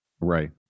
Right